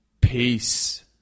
Peace